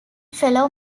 fellow